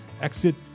exit